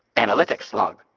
analytics log.